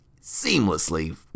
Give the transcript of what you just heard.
seamlessly